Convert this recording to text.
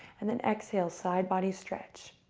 and then exhale, side body stretch.